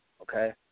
okay